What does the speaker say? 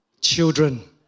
Children